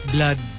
Blood